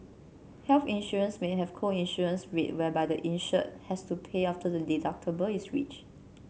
health insurance may have a co insurance rate whereby the insured has to pay after the deductible is reached